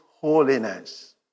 holiness